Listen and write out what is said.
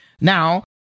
now